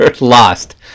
lost